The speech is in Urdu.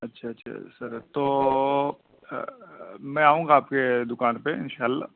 اچھا اچھا سر تو میں آؤں گا آپ کے دکان پہ انشاء اللہ